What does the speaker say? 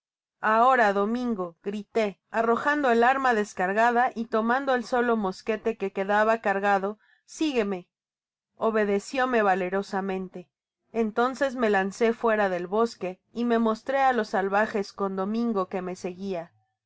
ahora domingo grité arrojando el arma descargada y tomando el solo mosquete que quedaba carga do sigueme obedecióme valerosamente entonces me lancé fuera del bosque y me mostré á los salvajes con domingo que me seguia